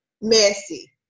messy